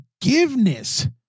forgiveness